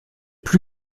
plus